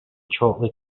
chorley